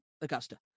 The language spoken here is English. Augusta